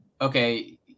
Okay